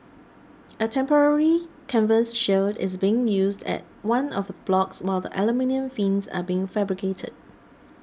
a temporary canvas shield is being used at one of blocks while the aluminium fins are being fabricated